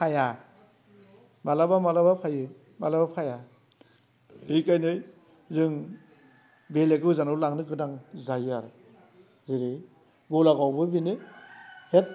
फाया माब्लाबा माब्लाबा फायो माब्लाबा फाया बेखायनो जों बेलेग गोजानाव लांनो गोनां जायो आरो जेरै गलागावआवबो बेनो हेड